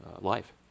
life